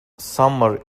summer